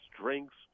drinks